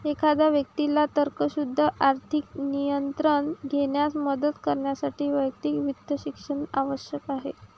एखाद्या व्यक्तीला तर्कशुद्ध आर्थिक निर्णय घेण्यास मदत करण्यासाठी वैयक्तिक वित्त शिक्षण आवश्यक आहे